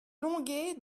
longué